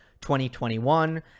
2021